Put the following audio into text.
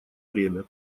время